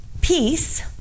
peace